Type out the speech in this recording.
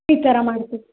ಈ ಥರ ಮಾಡ್ತೀವಿ